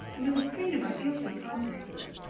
under the strain of our guilty consciences.